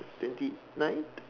twenty nine